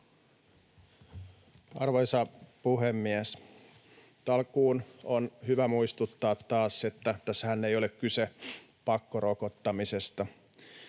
Arvoisa puhemies! Alkuun on hyvä muistuttaa taas, että tässähän ei ole kyse pakkorokottamisesta.